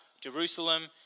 Jerusalem